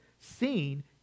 seen